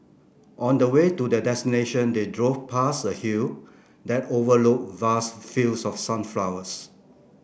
on the way to their destination they drove past a hill that overlooked vast fields of sunflowers